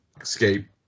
escape